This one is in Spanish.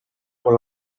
con